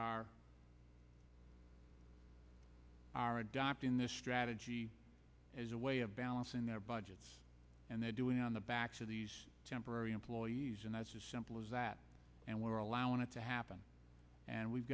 are are adopting this strategy as a way of balancing their budgets and they're doing on the backs of these temporary employees and as simple as that and we're allowing it to happen and we've